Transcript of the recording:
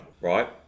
right